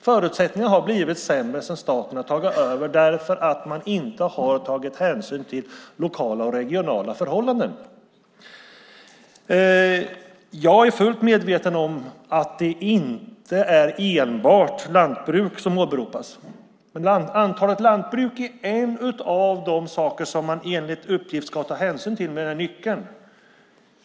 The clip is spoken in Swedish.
Förutsättningarna har blivit sämre sedan staten har tagit över därför att man inte har tagit hänsyn till lokala och regionala förhållanden. Jag är fullt medveten om att det inte enbart är lantbruk som åberopas. Antalet lantbruk är en av de saker som man enligt uppgift ska ta hänsyn till med den här nyckeln.